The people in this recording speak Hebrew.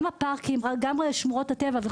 גם הפארקים וגם שמורות הטבע וכדומה.